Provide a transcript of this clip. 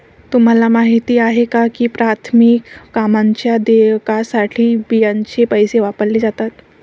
तुम्हाला माहिती आहे का की प्राथमिक कामांच्या देयकासाठी बियांचे पैसे वापरले जातात?